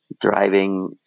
driving